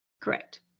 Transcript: Correct